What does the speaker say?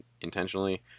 intentionally